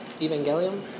Evangelium